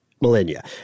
millennia